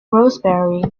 rosebery